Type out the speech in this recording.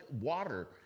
water